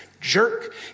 jerk